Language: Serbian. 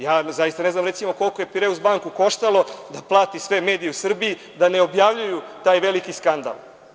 Ja zaista ne znam, recimo, koliko je „Pireus banku“ koštalo da plati sve medije u Srbiji da ne objavljuju taj veliki skandal.